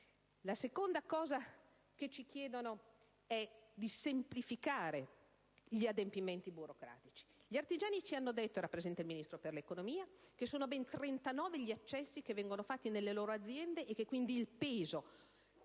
operatori ci chiedono di semplificare gli adempimenti burocratici. Gli artigiani ci hanno detto - era presente il Ministro dell'economia - che sono ben 39 gli accessi che vengono fatti nelle loro aziende, e che quindi il peso